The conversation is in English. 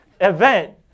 event